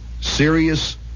serious